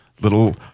little